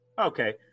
Okay